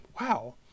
wow